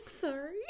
Sorry